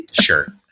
sure